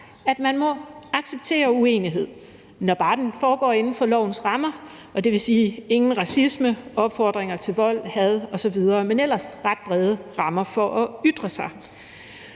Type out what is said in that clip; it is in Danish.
at man må acceptere uenighed, når bare den foregår inden for lovens rammer, og det vil sige: ingen racisme eller opfordringer til vold, had osv. Men ellers er der ret brede rammer for at ytre sig.